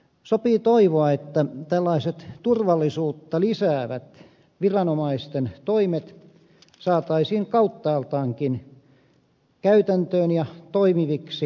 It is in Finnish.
sopii toivoa että tällaiset turvallisuutta lisäävät viranomaisten toimet saataisiin kauttaaltaankin käytäntöön ja toimiviksi